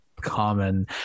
common